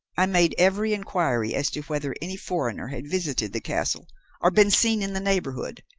i made every inquiry as to whether any foreigner had visited the castle or been seen in the neighbourhood,